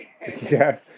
Yes